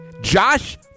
Josh